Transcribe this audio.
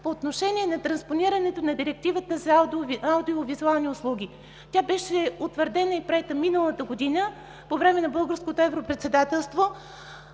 по отношение на транспонирането на Директивата за аудио-визуални услуги. Тя беше утвърдена и приета миналата година по време на Българското европредседателство.